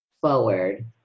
forward